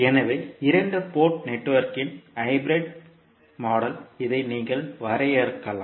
எனவே இரண்டு போர்ட் நெட்வொர்க்கின் ஹைபிரிட் மாடல் இதை நீங்கள் வரையறுக்கலாம்